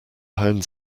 pound